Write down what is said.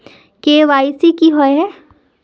KYC की हिये है?